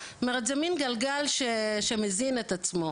זאת אומרת זה מן גלגל שמזין את עצמו.